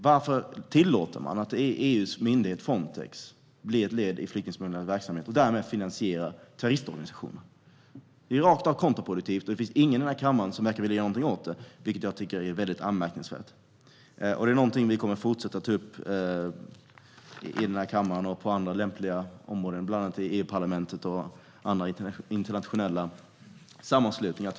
Varför tillåter man att EU:s myndighet Frontex blir ett led i flyktingsmugglarnas verksamhet och därmed finansierar terroristorganisationer? Detta är direkt kontraproduktivt, och det finns ingen här i kammaren som verkar vilja göra något åt det, vilket jag tycker är anmärkningsvärt. Detta är något som vi kommer att fortsätta ta upp i den här kammaren och i andra lämpliga sammanhang, bland annat i EU-parlamentet och i andra internationella sammanslutningar.